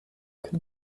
can